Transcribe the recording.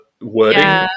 wording